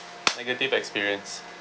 negative experience